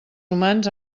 humans